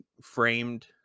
framed